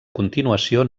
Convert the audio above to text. continuació